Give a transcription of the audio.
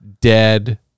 dead